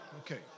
Okay